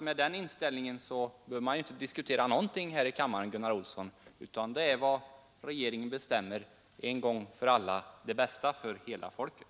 Med den inställningen, Gunnar Olsson, är det klart att man inte behöver diskutera någonting här i kammaren, utan vad regeringen bestämmer är en gång för alla det bästa för hela folket.